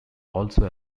also